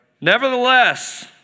Nevertheless